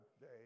day